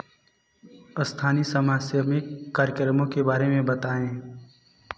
स्थानी समसामयिक कार्यक्रमों के बारे में बताएँ